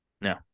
No